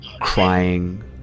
Crying